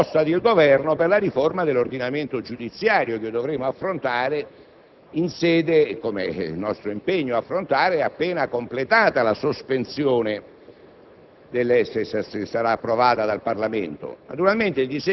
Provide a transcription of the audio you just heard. Il Ministro ci ha delineato possibili linee di una proposta del Governo per la riforma dell'ordinamento giudiziario, che dovremo affrontare in sede - come è nostro impegno fare - appena completata la sospensione